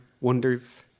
wonders